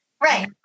Right